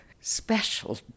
special